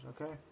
okay